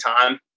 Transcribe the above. time